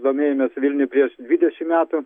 domėjomės vilniuj per dvidešimt metų